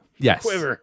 Yes